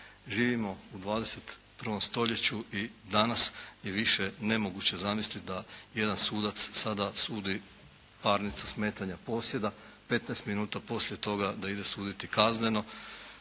Živimo u 21. stoljeću i danas je više nemoguće zamisliti da jedan sudac sada sudi parnicu smetanja posjeda, petnaest minuta poslije toga da ide suditi kazneno,